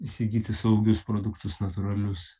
įsigyti saugius produktus natūralius